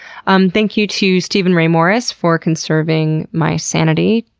um thank you to steven ray morris for conserving my sanity,